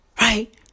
Right